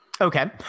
Okay